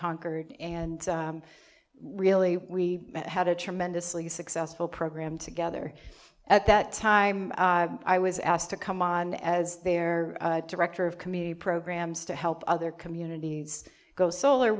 concord and really we had a tremendously successful program together at that time i was asked to come on as their director of community programs to help other communities go solar